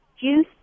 Juice